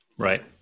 Right